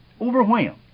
overwhelmed